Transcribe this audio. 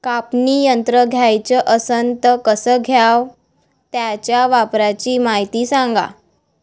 कापनी यंत्र घ्याचं असन त कस घ्याव? त्याच्या वापराची मायती सांगा